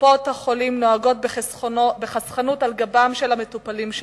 קופות-החולים נוהגות בחסכנות על גבם של המטופלים,